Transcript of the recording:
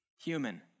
human